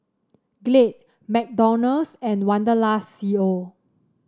Glade McDonald's and Wanderlust C O